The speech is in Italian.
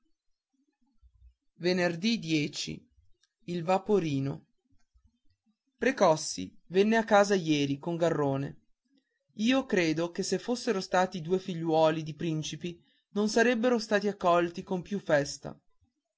mio padre il vaporino dì recossi venne a casa ieri con garrone io credo che se fossero stati due figliuoli di principi non sarebbero stati accolti con più festa